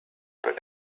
but